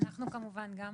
אנחנו כמובן גם